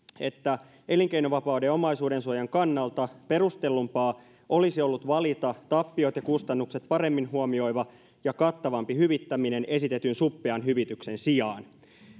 että elinkeinovapauden ja omaisuudensuojan kannalta perustellumpaa olisi ollut valita tappiot ja kustannukset paremmin huomioiva ja kattavampi hyvittäminen esitetyn suppean hyvityksen sijaan